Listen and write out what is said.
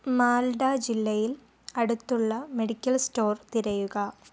മാൽദ ജില്ലയിൽ അടുത്തുള്ള medical store തിരയുക